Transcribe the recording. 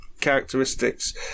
characteristics